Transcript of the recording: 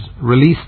released